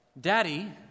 Daddy